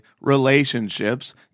relationships